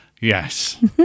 Yes